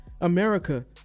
America